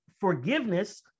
forgiveness